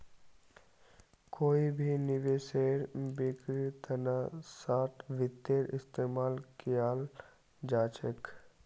कोई भी निवेशेर बिक्रीर तना शार्ट वित्तेर इस्तेमाल कियाल जा छेक